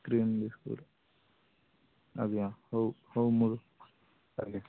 cream biscuit ଆଜ୍ଞା ହେଉ ହେଉ ମୋର ଆଜ୍ଞା